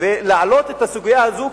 ויעלו את הסוגיה הזאת,